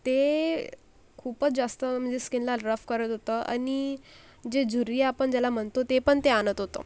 ते खूपच जास्त म्हणजे स्किनला रफ करत होतं आणि जे झुर्रीया आपण ज्याला म्हणतो ते पण ते आणत होतं